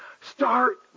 Start